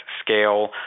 Scale